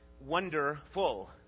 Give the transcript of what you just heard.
wonderful